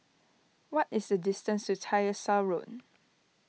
what is the distance to Tyersall Road